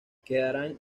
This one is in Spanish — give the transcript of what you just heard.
quedarán